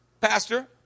Pastor